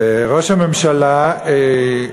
וראש הממשלה,